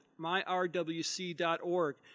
myrwc.org